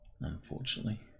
Unfortunately